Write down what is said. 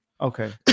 okay